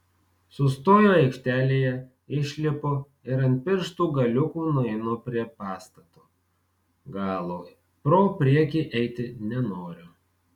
sustoju aikštelėje išlipu ir ant pirštų galiukų nueinu prie pastato galo pro priekį eiti nenoriu